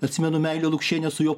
atsimenu meilė lukšienė su juo